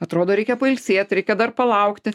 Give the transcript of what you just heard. atrodo reikia pailsėt reikia dar palaukti